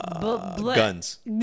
Guns